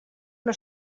una